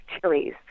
chilies